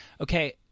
okay